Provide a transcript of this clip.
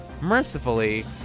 mercifully